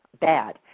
bad